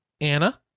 Anna